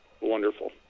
wonderful